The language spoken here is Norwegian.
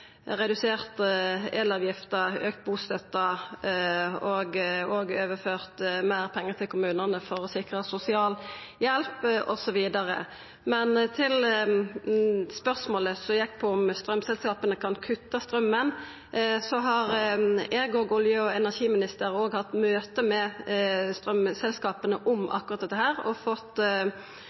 kommunane for å sikra sosialhjelp osv. Men til spørsmålet som handla om at straumselskapa kan kutta straumen: Eg og olje- og energiministeren har hatt møte med straumselskapa om akkurat dette, og av samarbeidet med dei har vi fått